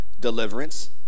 Deliverance